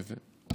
יפה.